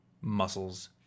muscles